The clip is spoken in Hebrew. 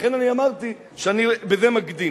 לכן אני אמרתי שאני בזה מקדים.